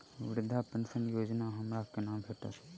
वृद्धा पेंशन योजना हमरा केना भेटत?